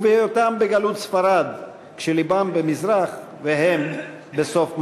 ובהיותם בגלות ספרד, כשלבם במזרח והם בסוף מערב.